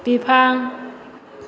बिफां